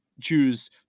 choose